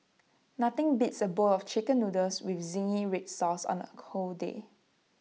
nothing beats A bowl of Chicken Noodles with Zingy Red Sauce on A cold day